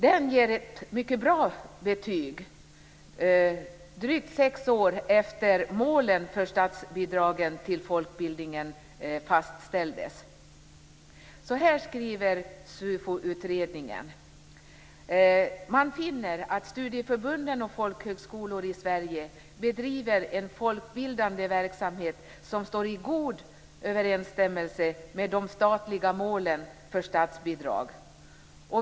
Den ger ett mycket bra betyg, drygt sex år efter det att målen för statsbidragen för folkbildningen fastställdes. Så här skriver SUFO-utredningen: "SUFO finner att studieförbunden och folkhögskolor i Sverige bedriver en folkbildande verksamhet som står i god överensstämmelse med de statliga målen för statsbidragen."